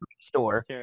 Store